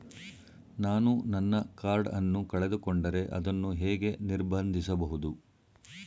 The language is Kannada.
ನಾನು ನನ್ನ ಕಾರ್ಡ್ ಅನ್ನು ಕಳೆದುಕೊಂಡರೆ ಅದನ್ನು ಹೇಗೆ ನಿರ್ಬಂಧಿಸಬಹುದು?